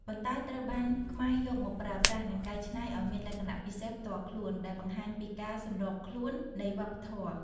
ប៉ុន្តែត្រូវបានខ្មែរយកមកប្រើប្រាស់ និងកែច្នៃឱ្យមានលក្ខណៈពិសេសផ្ទាល់ខ្លួន ដែលបង្ហាញពីការសម្របខ្លួននៃវប្បធម៌។